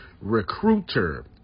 recruiter